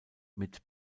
mit